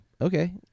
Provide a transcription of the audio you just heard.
okay